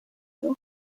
your